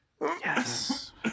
Yes